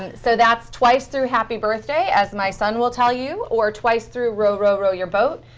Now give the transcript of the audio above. so that's twice through happy birthday, as my son will tell you, or twice through row, row, row your boat.